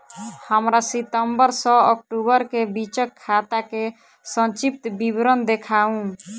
हमरा सितम्बर सँ अक्टूबर केँ बीचक खाता केँ संक्षिप्त विवरण देखाऊ?